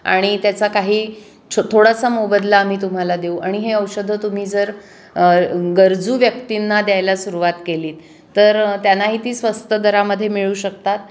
आणि त्याचा काही छो थोडासा मोबदला आम्ही तुम्हाला देऊ आणि हे औषधं तुम्ही जर गरजू व्यक्तींना द्यायला सुरुवात केलीत तर त्यांनाही ती स्वस्त दरामध्ये मिळू शकतात